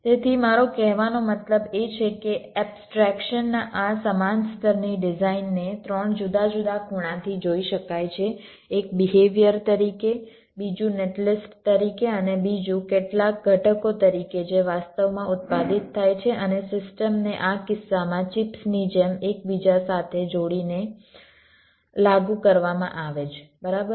તેથી મારો કહેવાનો મતલબ એ છે કે એબ્સ્ટ્રેકશન ના આ સમાન સ્તરની ડિઝાઇનને 3 જુદા જુદા ખૂણાથી જોઈ શકાય છે એક બિહેવિયર તરીકે બીજું નેટ લિસ્ટ તરીકે અને બીજું કેટલાક ઘટકો તરીકે જે વાસ્તવમાં ઉત્પાદિત થાય છે અને સિસ્ટમને આ કિસ્સામાં ચિપ્સની જેમ એકબીજા સાથે જોડીને લાગુ કરવામાં આવે છે બરાબર